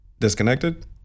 disconnected